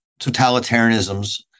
totalitarianisms